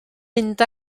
mynd